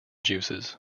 juices